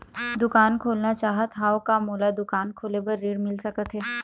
दुकान खोलना चाहत हाव, का मोला दुकान खोले बर ऋण मिल सकत हे?